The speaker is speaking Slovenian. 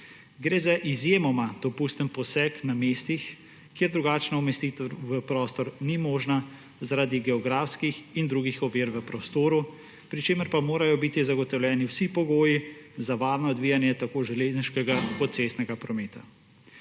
Gre za izjemoma dopusten poseg na mestih, kjer drugačna umestitev v prostor ni možna zaradi geografskih in drugih ovir v prostoru, pri čemer pa morajo biti zagotovljeni vsi pogoji za varno odvijanje tako železniškega kot cestnega prometa.